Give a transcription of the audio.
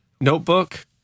notebook